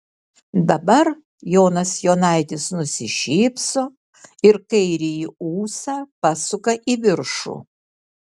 dabar jonas jonaitis nusišypso ir kairįjį ūsą pasuka į viršų